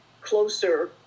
closer